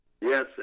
yes